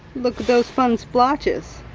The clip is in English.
look at those fun splotches.